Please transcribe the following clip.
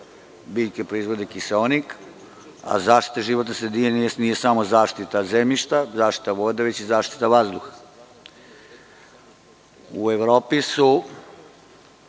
Biljke proizvode kiseonik, a zaštita životne sredine nije samo zaštita zemljišta, zaštita vode već i zaštita i vazduha.U Evropi su